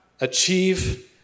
achieve